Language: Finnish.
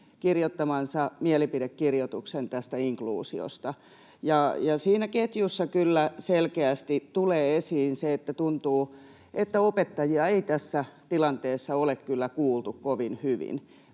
kirjoittamansa mielipidekirjoituksen inkluusiosta. Siinä ketjussa kyllä selkeästi tulee esiin se, että tuntuu, että opettajia ei tässä tilanteessa ole kyllä kuultu kovin hyvin.